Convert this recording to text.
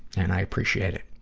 and i appreciate it.